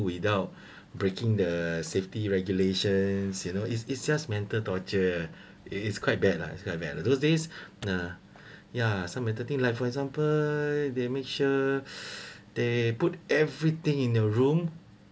without breaking the safety regulations you know is is just mental torture ah is quite bad lah is quite bad lah those days ah yeah some addicting like for example they make sure they put everything in your room